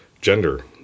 gender